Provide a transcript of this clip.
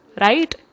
right